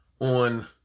on